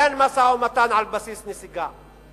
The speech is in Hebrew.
אין משא-ומתן על בסיס נסיגה,